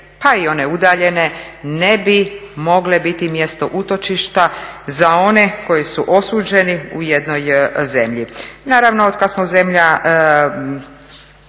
pa i one udaljene ne bi mogle biti mjesto utočišta za one koji su osuđeni u jednoj zemlji.